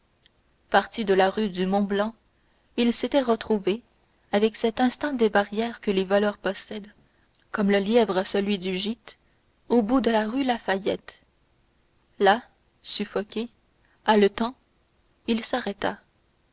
parti de la rue du mont-blanc il s'était retrouvé avec cet instinct des barrières que les voleurs possèdent comme le lièvre celui du gîte au bout de la rue lafayette là suffoqué haletant il s'arrêta